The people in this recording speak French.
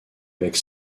avec